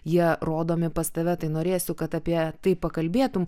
jie rodomi pas tave tai norėsiu kad apie tai pakalbėtum